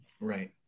right